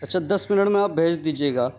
اچھا دس منٹ میں آپ بھیج دیجیے گا